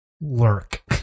Lurk